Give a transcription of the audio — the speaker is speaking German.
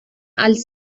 als